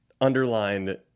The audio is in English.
underlined